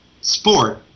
sport